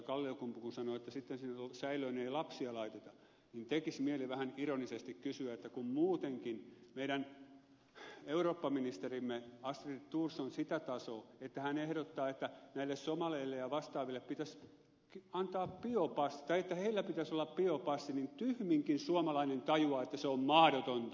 kalliokumpu sanoi että sitten sinne säilöön ei lapsia laiteta niin tekisi mieli vähän ironisesti sanoa että kun muutenkin meidän eurooppaministerimme astrid thors on sitä tasoa että hän ehdottaa että näillä somaleilla ja vastaavilla pitäisi olla biopassit niin tyhminkin suomalainen tajuaa että se on mahdotonta